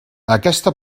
aquesta